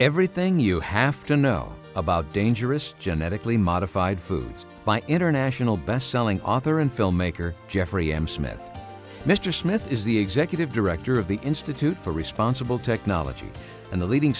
everything you have to know about dangerous genetically modified foods by international bestselling author and filmmaker jeffrey m smith mr smith is the executive director of the institute for responsible technology and a leading